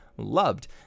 loved